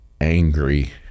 angry